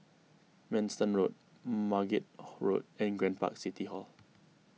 Manston Road Margate Road and Grand Park City Hall